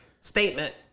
statement